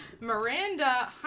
Miranda